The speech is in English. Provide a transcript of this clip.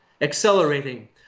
Accelerating